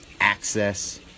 ACCESS